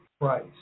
price